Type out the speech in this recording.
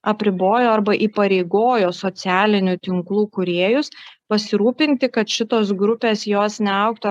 apribojo arba įpareigojo socialinių tinklų kūrėjus pasirūpinti kad šitos grupės jos neaugtų